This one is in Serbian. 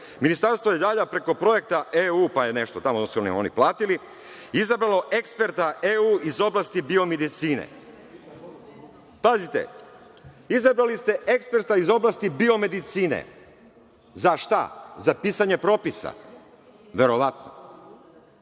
Ministarstvo zdravlja je preko projekta EU, pa je nešto tamo, ovo su oni platili, izabralo eksperta EU iz oblasti biomedicine. Pazite, izabrali ste eksperta iz oblasti biomedicine. Za šta? Za pisanje propisa, verovatno. Ja